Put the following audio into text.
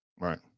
right